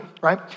right